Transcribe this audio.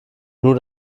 nur